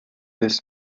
this